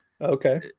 Okay